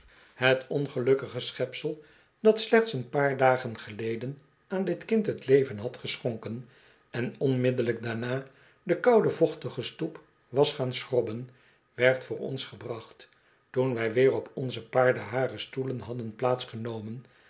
het ongelukkige schepsel dat slechts een paar dagen geleden aan dit kind het leven had geschonken en onmiddellijk daarna de koude vochtige stoep was gaan schrobben werd voor ons gebracht toen wij weer op onze paardenharen stoelen hadden